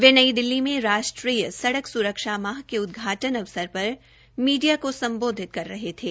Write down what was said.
वे नई दिल्ली में राष्ट्रीय सड़क सुरक्षा माह के उदघाटन अवसर पर मीडिया को सम्बोधित कर रहे थे